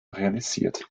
realisiert